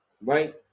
right